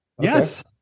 yes